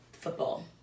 football